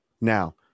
Now